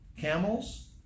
camels